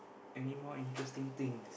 anymore interesting thing